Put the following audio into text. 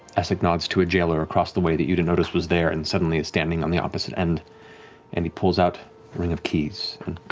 essek nods to a jailer across the way that you didn't notice was there and suddenly is standing on the opposite end and he pulls out a ring of keys